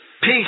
peace